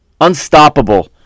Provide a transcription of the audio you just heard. unstoppable